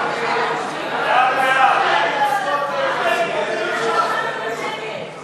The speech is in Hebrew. ההסתייגות הראשונה של קבוצת סיעת חד"ש לסעיף 1